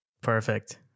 perfect